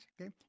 okay